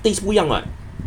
taste 不一样 [what]